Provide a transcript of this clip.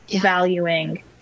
valuing